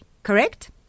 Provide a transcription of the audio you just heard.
Correct